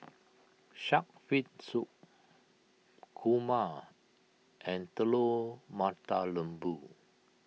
Shark's Fin Soup Kurma and Telur Mata Lembu